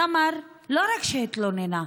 סמר לא רק שהתלוננה,